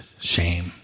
shame